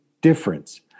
difference